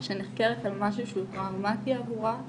שנחקרת על משהו שהוא טראומתי עבורה,